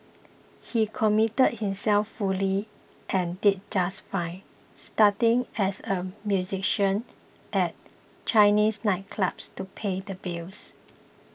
he committed himself fully and did just fine starting as a musician at Chinese nightclubs to pay the bills